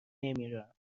نمیرم